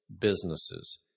businesses